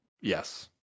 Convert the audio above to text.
Yes